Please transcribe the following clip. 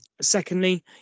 Secondly